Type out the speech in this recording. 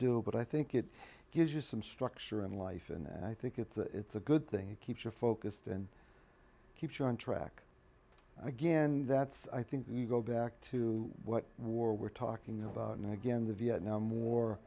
do but i think it gives you some structure in life and i think it's it's a good thing that keeps you focused and keeps you on track again that's i think you go back to what we're talking about and again the vietnam war